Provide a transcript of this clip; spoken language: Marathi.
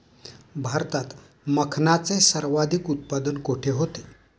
भारतात मखनाचे सर्वाधिक उत्पादन कोठे होते?